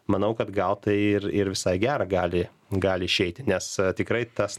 manau kad gal tai ir ir visai į gera gali gali išeiti nes tikrai tas